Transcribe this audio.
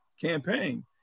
campaign